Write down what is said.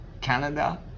Canada